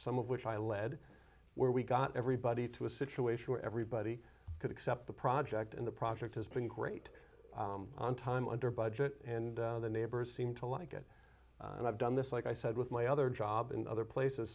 some of which i led where we got everybody to a situation where everybody could accept the project and the project has been great on time under budget and the neighbors seem to like it and i've done this like i said with my other job and other places